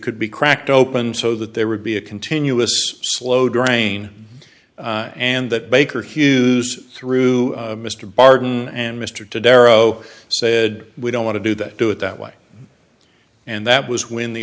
could be cracked open so that there would be a continuous slow drain and that baker hughes through mr barton and mr to darrow said we don't want to do that do it that way and that was when the